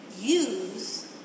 use